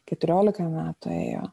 keturiolika metų ėjo